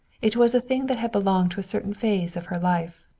it was a thing that had belonged to a certain phase of her life.